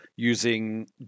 using